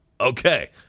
okay